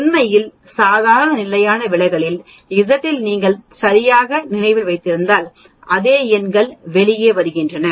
உண்மையில் சாதாரண நிலையான விலகலில் z இல் நீங்கள் சரியாக நினைவில் வைத்திருந்தால் அதே எண்கள் வெளியே வருகின்றன